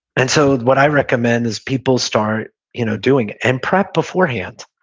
and so what i recommend is people start you know doing it, and prep beforehand.